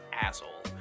asshole